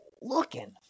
looking